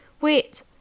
Wait